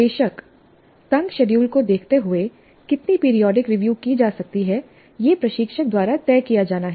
बेशक तंग शेड्यूल को देखते हुए कितनी पीरियाडिक रिव्यू की जा सकती है यह प्रशिक्षक द्वारा तय किया जाना है